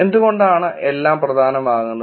എന്തു കൊണ്ടാണ് എല്ലാം പ്രധാനമാകുന്നത്